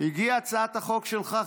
הגיעה הצעת החוק שלך,